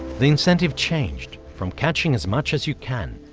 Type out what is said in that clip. the incentive changed from catching as much as you can,